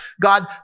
God